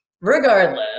Regardless